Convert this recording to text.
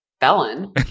Felon